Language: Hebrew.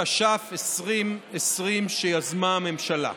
התש"ף 2020, שיזמה הממשלה.